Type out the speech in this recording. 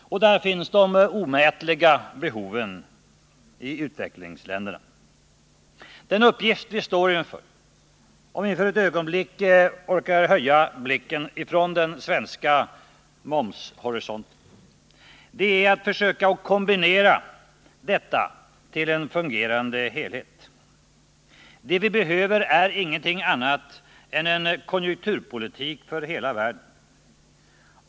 Och där finns de omätliga behoven — i utvecklingsländerna. Den uppgift vi står inför — om vi för ett ögonblick orkar höja blicken från den svenska momshorisonten — är att försöka kombinera detta till en fungerande helhet. Det vi behöver är ingenting annat än en konjunkturpolitik för hela världen.